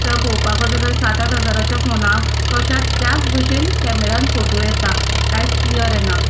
तर पळोवपाक वचत जाल्यार सात आठ हजाराच्या फोनाक येतात त्याच भशेन कॅमेरांत फोटो येतात कांयच क्लियर येना